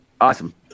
awesome